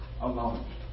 alone